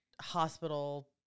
hospital